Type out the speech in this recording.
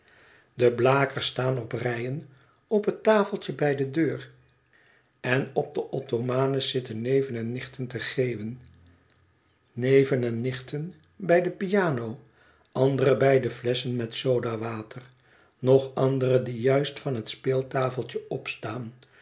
de blakers staan op rijen op het tafeltje bij de deur en op de ottomanes zitten neven en nichten te geeuwen neven en nichten bij de piano andere bij de flesschen met sodawater nog andere die juist van het speeltafeltje opstaan